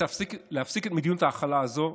צריך להפסיק את מדיניות ההכלה הזו,